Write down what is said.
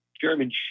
German